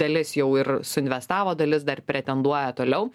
dalis jau ir suinvestavo dalis dar pretenduoja toliau